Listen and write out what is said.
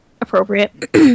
appropriate